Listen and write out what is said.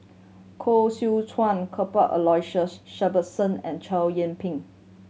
Koh Seow Chuan Cuthbert Aloysius Shepherdson and Chow Yian Ping